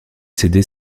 céder